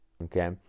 Okay